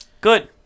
good